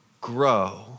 grow